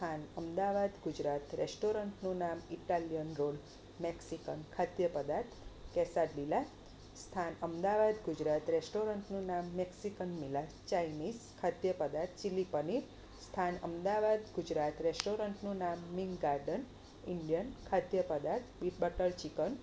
સ્થાન અમદાવાદ ગુજરાત રેસ્ટોરન્ટના Italian roll Mexican ખાદ્ય પદાર્થ કેસાબીલા સ્થાન અમદાવાદ ગુજરાત રેસ્ટોરન્ટના મેક્સીકન મિલાજ ચાઈનીઝ ખાદ્ય પદાર્થ ચિલ્લી પનીર સ્થાન અમદાવાદ ગુજરાત રેસ્ટોરન્ટનું નામ નીલ ગાર્ડન ઈન્ડિયન ખાદ્ય પદાર્થ વિથ બટર ચિકન